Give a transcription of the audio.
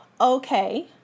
Okay